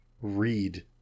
read